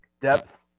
depth